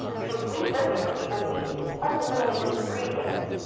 because we voted for people we fundamentally disagreed with.